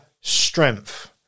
strength